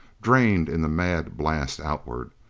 drained in the mad blast outward.